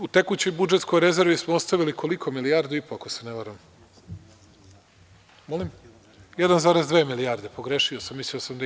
U tekućoj budžetskoj rezervi smo ostavili milijardu i po, ako se ne varam, 1,2 milijarde, pogrešio sam, mislio sam da je